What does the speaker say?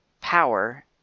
power